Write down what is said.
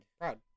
Proud